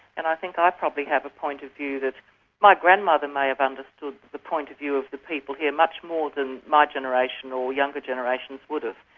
and i think i probably have a point of view that my grandmother may have understood the point of view of the people here much more than my generation, or younger generations would have.